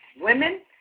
women